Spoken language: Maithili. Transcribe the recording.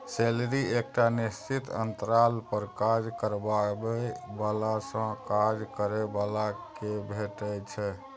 सैलरी एकटा निश्चित अंतराल पर काज करबाबै बलासँ काज करय बला केँ भेटै छै